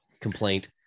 complaint